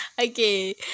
Okay